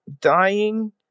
dying